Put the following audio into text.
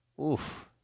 oof